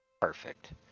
Perfect